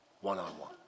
one-on-one